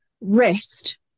rest